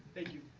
thank you.